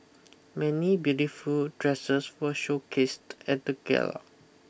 many beautiful dresses were showcased at the gala